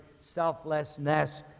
selflessness